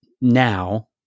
now